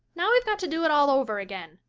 now, we've got to do it all over again.